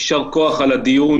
יישר כוח על הדיון,